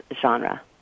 genre